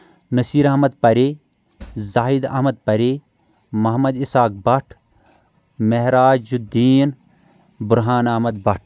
Naseer Ahmad Parray Zahid Ahmad Parray Mohammad Ishaq Bhat Mehrajuddin Burhan Ahmad Bhat